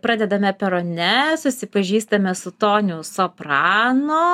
pradedame perone susipažįstame su toniu soprano